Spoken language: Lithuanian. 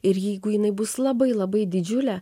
ir jeigu jinai bus labai labai didžiulė